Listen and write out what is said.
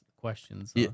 questions